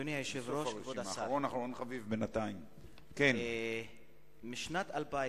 אדוני היושב-ראש, כבוד השר, בשנת 2000